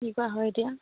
কি কৰা হয় এতিয়া